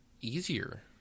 easier